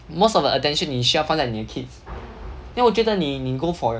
most of the attention 你需要放在你的 kids then 我觉得你你 go for your